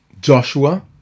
Joshua